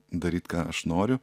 daryt ką aš noriu